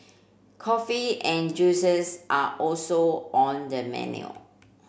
coffee and juices are also on the menu